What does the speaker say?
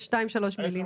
בשתיים-שלוש מילים.